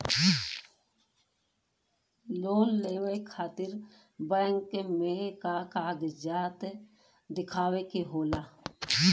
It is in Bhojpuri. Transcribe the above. लोन लेवे खातिर बैंक मे का कागजात दिखावे के होला?